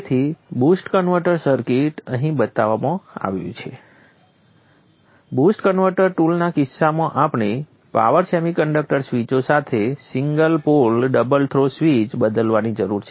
તેથી boost converter circuit અહીં બતાવવામાં આવ્યું છે બુસ્ટ કન્વર્ટર ટુના કિસ્સામાં આપણે પાવર સેમિકન્ડક્ટર સ્વીચો સાથે single pole double throw switch બદલવાની જરૂર છે